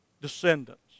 descendants